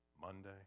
Monday